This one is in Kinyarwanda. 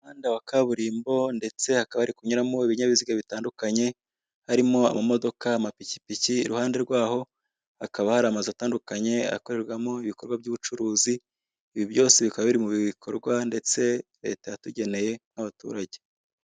Umuhanda wa kaburimbo ndetse hakaba hari kunyuramo ibinyabiziga bitandukanye harimo amamodoka, amapikipiki iruhande rwaho hakaba hari amazu atandukanye akorerwamo ibikorwa by'ubucuruzi, ibi byose bikaba biri mu bikorwa ndetse leta yatugeneye nk'abaturage.